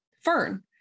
Fern